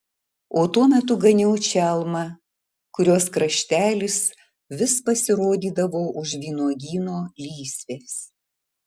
o tuo metu ganiau čalmą kurios kraštelis vis pasirodydavo už vynuogyno lysvės